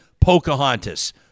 Pocahontas